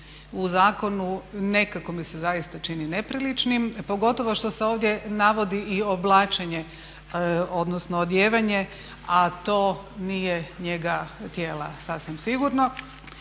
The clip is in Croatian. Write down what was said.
u zakonu nekako mi se zaista čini nepriličnim pogotovo što se ovdje navodi i oblačenje odnosno odijevanje, a to nije njega tijela sasvim sigurno.